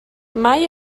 mai